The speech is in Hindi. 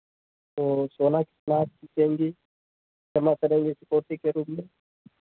तो सोना कितना आप देंगी जमा करेंगी सिक्योरिटी के रूप में